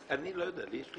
אני מאוד מכבד,